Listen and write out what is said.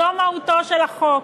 זו מהותו של החוק.